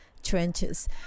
trenches